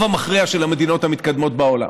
המכריע של המדינות המתקדמות בעולם.